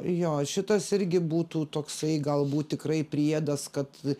jo šitas irgi būtų toksai galbūt tikrai priedas kad